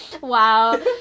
Wow